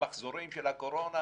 מהמחזורים של הקורונה,